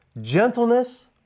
gentleness